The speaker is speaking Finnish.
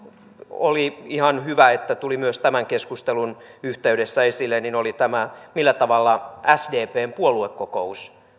oli ihan hyvä että tuli myös tämän keskustelun yhteydessä esille oli tämä millä tavalla sdpn puoluekokous